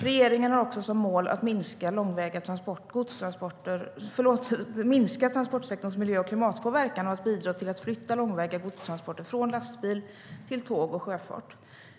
Regeringen har också som mål att minska transportsektorns miljö och klimatpåverkan och att bidra till att flytta långväga godstransporter från lastbil till tåg och sjöfart.